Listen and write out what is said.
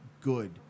good